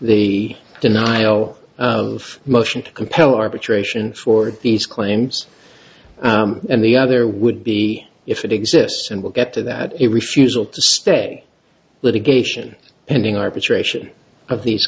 the denial of motion to compel arbitration for these claims and the other would be if it exists and we'll get to that a refusal to stay litigation pending arbitration of these